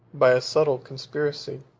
by a subtle conspiracy,